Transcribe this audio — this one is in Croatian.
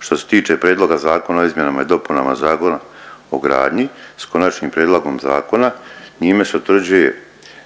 Što se tiče Prijedloga zakona o izmjenama i dopunama Zakona o gradnji sa konačnim prijedlogom zakona njime se utvrđuje